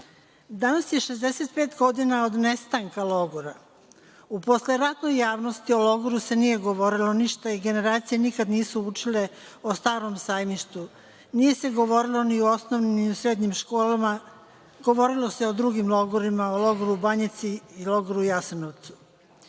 je 65 godina od nestanka logora. U posleratnoj javnosti o logoru se nije govorilo ništa i generacije nikad nisu učile o „Starom Sajmištu“. Nije se govorilo ni u osnovnim, ni u srednjim školama, govorilo se o drugim logorima, o logoru „Banjici“ i logoru „Jasenovcu“.